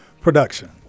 production